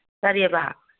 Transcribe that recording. ꯀꯔꯤꯌꯦꯕ